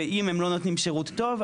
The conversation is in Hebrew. ואם הם לא נותנים שירות טוב,